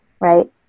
right